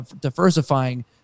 diversifying